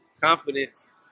confidence